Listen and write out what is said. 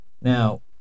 Now